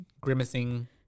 grimacing